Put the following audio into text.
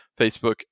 Facebook